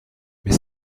mais